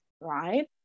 right